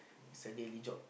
it's a daily job